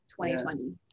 2020